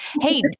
hey